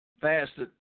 fasted